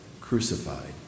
crucified